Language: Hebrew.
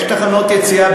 יש תחנות יציאה,